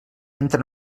entre